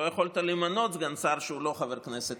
לא יכולת למנות סגן שר שהוא לא חבר בכנסת.